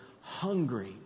hungry